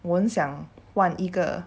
我很想换一个